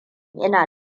ina